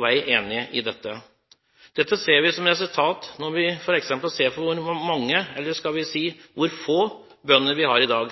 vei enig i dette. Dette ser vi som resultat når vi f.eks. ser hvor mange – eller skal vi si hvor få – bønder vi har i dag.